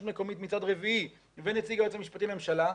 מקומית מצד רביעי ונציג היועץ המשפטי לממשלה.